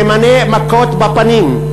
סימני מכות בפנים,